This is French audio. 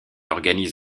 organise